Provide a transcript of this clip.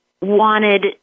wanted